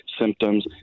symptoms